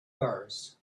bars